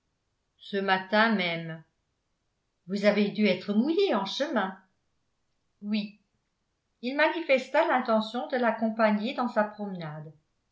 ce matin même vous avez dû être mouillé en chemin oui il manifesta l'intention de l'accompagner dans sa promenade